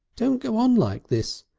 don't go on like this!